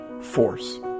force